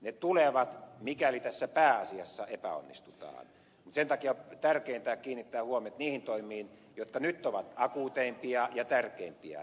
ne tulevat mikäli tässä pääasiassa epäonnistutaan mutta sen takia tärkeintä on kiinnittää huomiota niihin toimiin jotka nyt ovat akuuteimpia ja tärkeimpiä